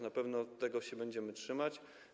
Na pewno tego się będziemy trzymać.